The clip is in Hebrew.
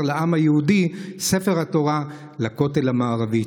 לעם היהודי: ספר תורה לכותל המערבי.